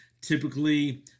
Typically